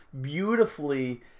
beautifully